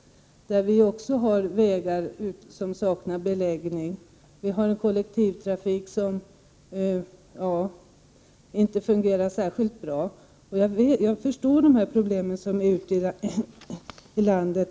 Vi har också vägar som saknar beläggning, och vi har en kollektivtrafik som verkligen inte fungerar särskilt bra. Jag förstår de problem som finns ute i landet.